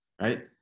Right